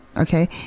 Okay